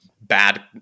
Bad